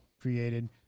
created